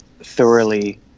thoroughly